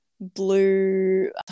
blue –